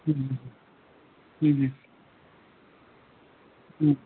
ওম ওম ওম